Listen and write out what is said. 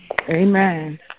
Amen